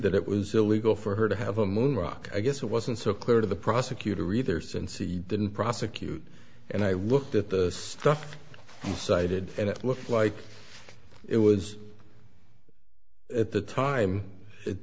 that it was illegal for her to have a moon rock i guess it wasn't so clear to the prosecutor either since he didn't prosecute and i looked at the stuff you cited and it looked like it was at the time it